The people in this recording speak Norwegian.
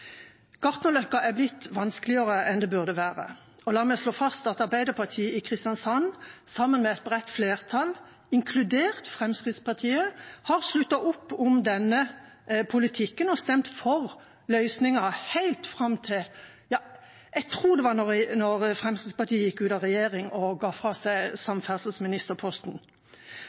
Gartnerløkka er blitt vanskeligere enn det burde være. La meg slå fast at Arbeiderpartiet i Kristiansand sammen med et bredt flertall, inkludert Fremskrittspartiet, har sluttet opp om denne politikken og stemt for løsningen helt fram til Fremskrittspartiet gikk ut av regjering og ga fra seg samferdselsministerposten